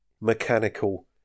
Mechanical